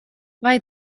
vai